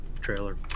trailer